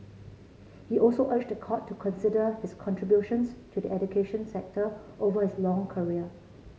he also urged the court to consider his contributions to the education sector over his long career